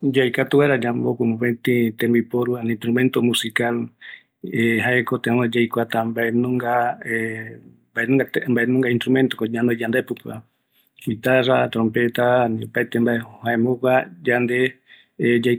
Tenondeko aikuata mbae tembiporu anoïta sepope, aikatutako aipɨ, jare ayapɨjakata, aekatavi kia oikatuva semboe vaera, mbokipe aikatuta, mopëtï pëtïpe ayemboe aja